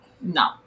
no